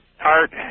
Art